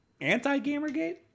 anti-Gamergate